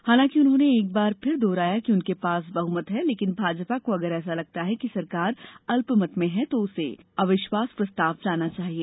हालांकि उन्होंने एक बार फिर दोहराया कि उनके पास बहुमत है लेकिन भाजपा को अगर ऐसा लगता है कि सरकार अल्पमत में है तो उसे अविश्वास प्रस्ताव लाना चाहिए